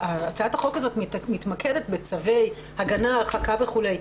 שהצעת החוק הזו מתמקדת בצווי הגנה הרחקה וכו'.